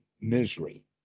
misery